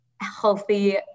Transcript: healthy